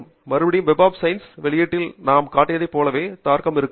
மறுபடியும் web of sciences வெளியீட்டில் நாம் காட்டியதைப் போலவே தர்க்கம் ஒத்திருக்கிறது